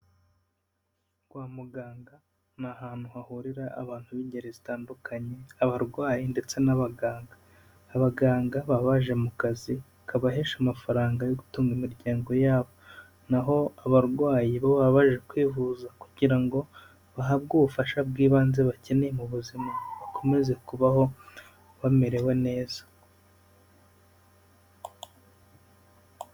Kwa muganga ni ahantu hahurira abantu b'ingeri zitandukanye, abarwayi ndetse n'abaganga. Abaganga baba baje mu kazi kabahesha amafaranga yo gutunga imiryango yabo. Naho abarwayi bo baba baje kwivuza kugira ngo bahabwe ubufasha bw'ibanze bakeneye mu buzima, bakomeze kubaho bamerewe neza.